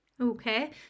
okay